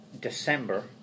December